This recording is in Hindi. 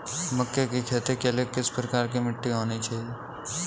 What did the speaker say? मक्के की खेती के लिए किस प्रकार की मिट्टी होनी चाहिए?